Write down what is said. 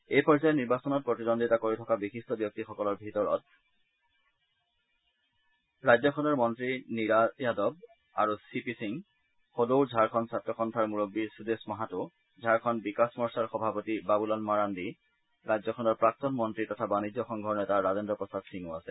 এই পৰ্যায়ৰ নিৰ্বাচনত প্ৰতিদ্বন্দ্বিতা কৰি থকা বিশিষ্ট ব্যক্তিসকলৰ ভিতৰত ৰাজ্যখনৰ মন্ত্ৰী নীৰা য়াদৱ আৰু চি পি সিং সদৌ ঝাৰখণু ছাত্ৰ সন্থাৰ মূৰববী সুদেশ মাহাতো ঝাৰখণু বিকশ মৰ্চাৰ সভাপতি বাবুলাল মাৰাণ্ণী ৰাজ্যখনৰ প্ৰাক্তন মন্ত্ৰী তথা বাণিজ্য সংঘৰ নেতা ৰাজেদ্ৰ প্ৰসাদ সিঙো আছে